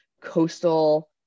coastal